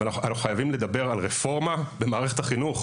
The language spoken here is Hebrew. אבל חייבים לדבר על רפורמה במערכת החינוך,